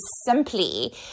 simply